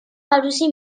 عروسی